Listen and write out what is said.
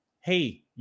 hey